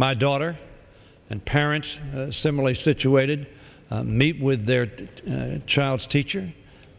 my dog her and parents similarly situated meet with their child's teacher